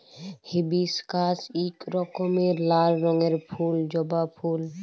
hibiscus ইক রকমের লাল রঙের ফুল জবা ফুল